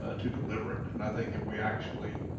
ah to deliver it. and i think if we actually,